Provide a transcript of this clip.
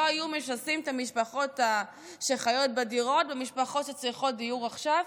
לא היו משסים את המשפחות שחיות בדירות במשפחות שצריכות דיור עכשיו.